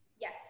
Yes